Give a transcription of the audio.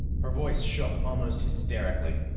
her voice shook almost hysterically.